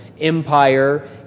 empire